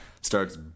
starts